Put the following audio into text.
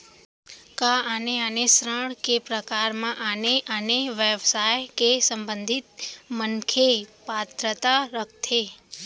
का आने आने ऋण के प्रकार म आने आने व्यवसाय से संबंधित मनखे पात्रता रखथे?